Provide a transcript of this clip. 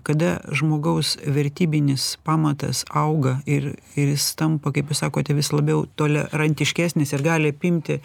kada žmogaus vertybinis pamatas auga ir ir jis tampa kaip jūs sakote vis labiau tolerantiškesnis ir gali apimti